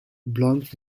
blanc